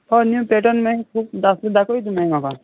हय न्यू पेर्टन मागीर दाखय दाखय तूं मागीर म्हाका